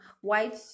white